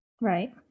Right